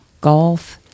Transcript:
golf